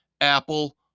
Apple